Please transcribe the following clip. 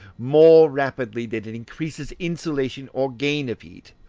more rapidly than it increases insolation or gain of heat,